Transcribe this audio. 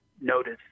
notice